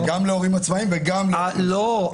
יהיה גם להורים עצמאיים וגם להורים --- לא,